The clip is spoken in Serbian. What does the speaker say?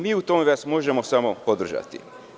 Mi vas u tome možemo samo podržati.